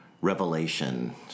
revelation